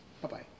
Bye-bye